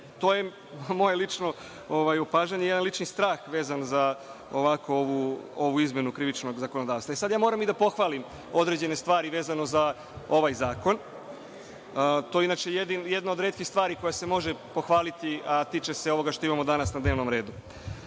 To je moje lično opažanje i jedan lični strah vezan za ovu izmenu Krivičnog zakonodavstva. Sada moram i da pohvalim određene stvari vezano za ovaj zakon. To je inače jedna od retkih stvari koja se može pohvaliti, a tiče se ovoga što imamo danas na dnevnom redu. Prvo,